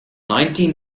nineteen